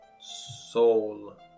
soul